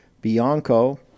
Bianco